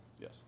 Yes